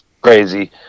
crazy